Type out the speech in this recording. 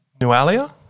Nualia